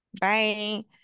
bye